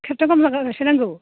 खेबथाम गाहाम गायस्लायनांगौ